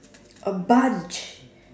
a bunch